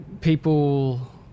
people